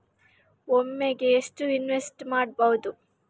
ಒಮ್ಮೆಗೆ ಎಷ್ಟು ಇನ್ವೆಸ್ಟ್ ಮಾಡ್ಬೊದು?